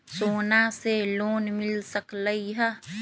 सोना से लोन मिल सकलई ह?